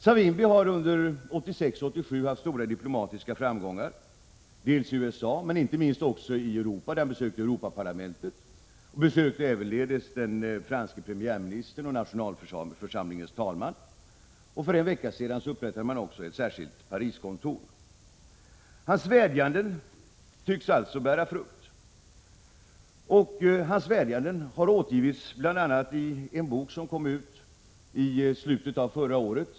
Savimbi har under åren 1986-1987 haft stora diplomatiska framgångar i USA men också i Europa, där han besökte Europaparlamentet och den franske premiärministern samt nationalförsamlingens talman. För en vecka sedan upprättade man också ett särskilt Pariskontor. Hans vädjanden tycks alltså bära frukt. Dessa vädjanden har återgivits i en bok som kom ut i slutet av förra året.